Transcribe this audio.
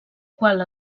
qual